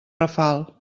rafal